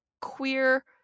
queer